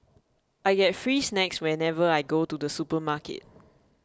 I get free snacks whenever I go to the supermarket